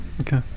okay